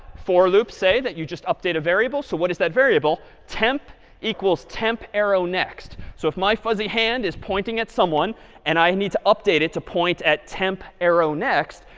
for loops say that you just update a variable. so what is that variable temp equals temp arrow next. so if my fuzzy hand is pointing at someone and i need to update it to point at temp arrow next,